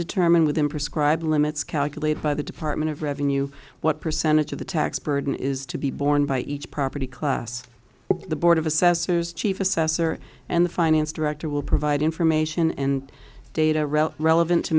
determine within prescribed limits calculated by the department of revenue what percentage of the tax burden is to be borne by each property class the board of assessors chief assessor and the finance director will provide information and data rel relevant to